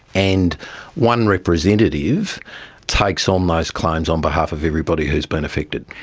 and one representative takes on those claims on behalf of everybody who has been affected.